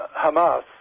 Hamas